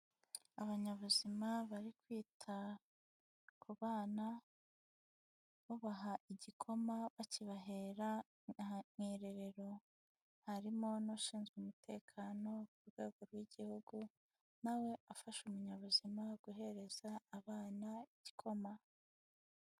Abanyabuzima bari kwita ku bana babaha igikoma, bakibahera ahantu mu irerero, harimo n'ushinzwe umutekano ku rwego rw'igihugu, na we afasha umunyabuzima guhereza abana igikoma.